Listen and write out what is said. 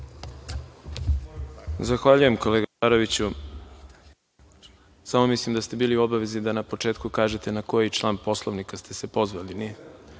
Zahvaljujem, kolega Šaroviću. Mislim da ste bili u obavezi da na početku kažete na koji član Poslovnika ste se pozvali.(Nemanja